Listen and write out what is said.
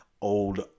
old